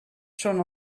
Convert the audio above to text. són